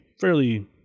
fairly